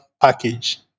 package